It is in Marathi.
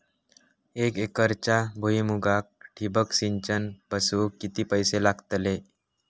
एक एकरच्या भुईमुगाक ठिबक सिंचन बसवूक किती पैशे लागतले?